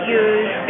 use